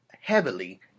heavily